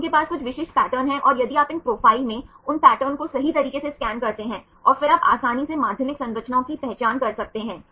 तो उनके पास कुछ विशिष्ट पैटर्न हैं और यदि आप इन प्रोफाइल में इन पैटर्नों को सही तरीके से स्कैन करते हैं और फिर आप आसानी से माध्यमिक संरचनाओं की पहचान कर सकते हैं